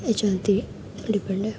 याच्यावरती डिपेंड आहे